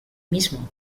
mismo